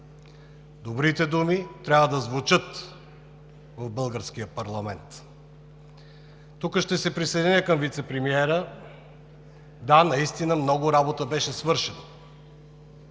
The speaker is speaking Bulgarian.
Добрите думи трябва да звучат в българския парламент. Тук ще се присъединя към вицепремиера – да, наистина много работа беше свършена